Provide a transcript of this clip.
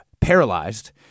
paralyzed